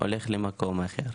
הולך למקום אחר,